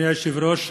אדוני היושב-ראש,